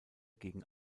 gegen